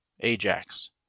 ajax